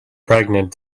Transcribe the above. pregnant